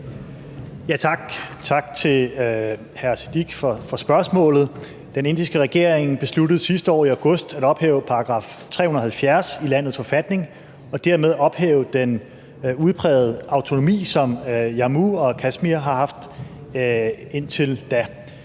Sikandar Siddique for spørgsmålet. Den indiske regering besluttede sidste år i august at ophæve § 370 i landets forfatning og dermed ophæve den udprægede autonomi, som Jammu og Kashmir har haft indtil da.